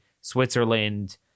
Switzerland